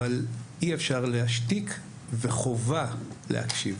אבל אי אפשר להשתיק, וחובה להקשיב.